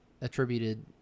attributed